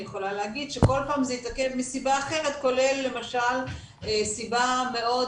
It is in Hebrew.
אני יכולה להגיד שכל פעם זה התעכב מסיבה אחרת כולל למשל סיבה מאוד